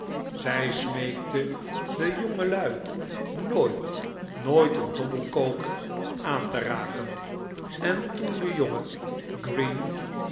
zij smeekte de jongelui nooit nooit een dobbelkoker aan te raken en toen de jonge